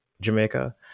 jamaica